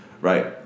Right